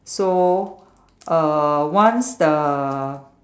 so uh once the